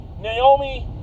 Naomi